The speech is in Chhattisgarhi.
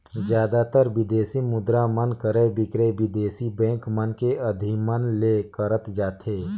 जादातर बिदेसी मुद्रा मन क्रय बिक्रय बिदेसी बेंक मन के अधिमन ले करत जाथे